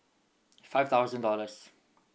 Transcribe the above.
five thousand dollars